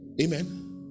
amen